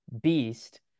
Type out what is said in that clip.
beast